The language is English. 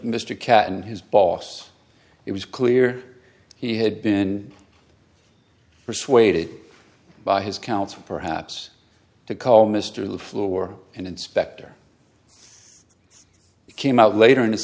mr cat and his boss it was clear he had been persuaded by his counsel perhaps to call mr the floor and inspector came out later in his